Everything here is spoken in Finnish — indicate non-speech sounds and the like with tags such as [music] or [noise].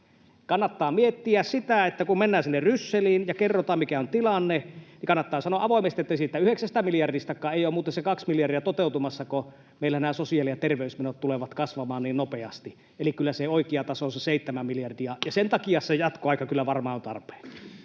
vuodeksi lisäaikaa. Kun mennään sinne Rysseliin ja kerrotaan, mikä on tilanne, niin kannattaa sanoa avoimesti, että siitä yhdeksästä miljardistakaan ei ole muuten se kaksi miljardia toteutumassa, kun meillä nämä sosiaali- ja terveysmenot tulevat kasvamaan niin nopeasti. Eli kyllä se oikea taso on se seitsemän miljardia, [noise] ja sen takia se jatkoaika kyllä varmaan on tarpeen.